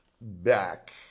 back